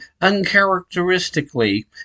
uncharacteristically